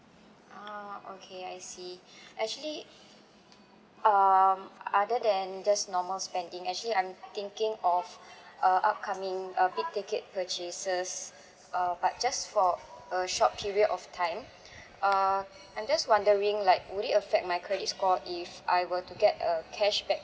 ah okay I see actually um other than just normal spending actually I'm thinking of uh upcoming uh big ticket purchases uh but just for a short period of time uh I'm just wondering like would it affect my credit score if I were to get a cashback